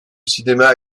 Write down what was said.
cinéma